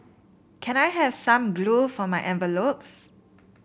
can I have some glue for my envelopes